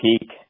peak